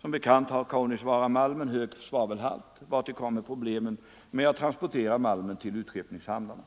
Som bekant har Kaunisvaaramalmen hög svavelhalt vartill kommer problemen med att transportera malmen till utskeppningshamnarna.